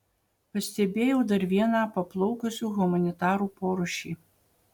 pastebėjau dar vieną paplaukusių humanitarų porūšį